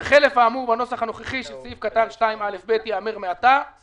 "מהחודשים יוני עד ספטמבר 2020" יבוא "מהחודש השלישי עד